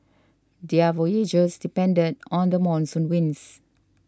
their voyages depended on the monsoon winds